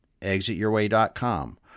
ExitYourWay.com